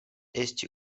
esti